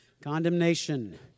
Condemnation